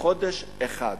אחר מרוויח בחודש אחד.